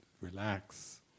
Relax